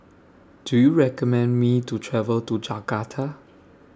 Do YOU recommend Me to travel to Jakarta